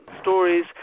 stories